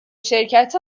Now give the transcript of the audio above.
شرکت